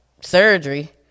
surgery